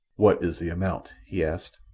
what is the amount? he asked.